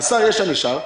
חסר ישע נשאר.